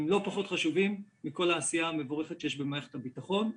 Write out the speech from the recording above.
הם לא פחות חשובים מכל העשייה המבורכת שיש במערכת הביטחון.